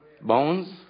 Bones